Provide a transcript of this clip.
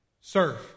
Serve